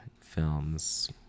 films